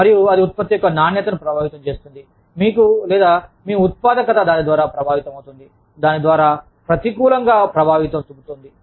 మరియు అది ఉత్పత్తి యొక్క నాణ్యతను ప్రభావితం చేస్తుంది మీకు లేదా మీ ఉత్పాదకత దాని ద్వారా ప్రభావితమవుతుంది దాని ద్వారా ప్రతికూలంగా ప్రభావితం చూపుతోంది